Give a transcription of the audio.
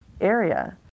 area